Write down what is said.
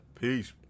Peace